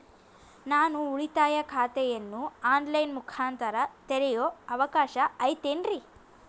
ನಾನು ಉಳಿತಾಯ ಖಾತೆಯನ್ನು ಆನ್ ಲೈನ್ ಮುಖಾಂತರ ತೆರಿಯೋ ಅವಕಾಶ ಐತೇನ್ರಿ?